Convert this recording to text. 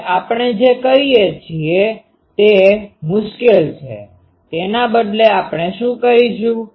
હવે આપણે જે કરીએ છીએ તે મુશ્કેલ છે તેના બદલે આપણે શુ કરીશું